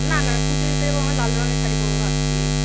না না পুজো দিতে যাব আমার লাল রঙের শাড়ি পরব ভাবছি